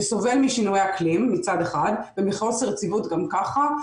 שסובל משינויי אקלים מצד אחד ומחוסר יציבות גם ככה,